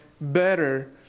better